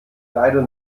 leider